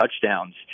touchdowns